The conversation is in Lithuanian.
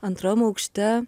antram aukšte